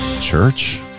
church